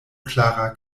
klara